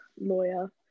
lawyer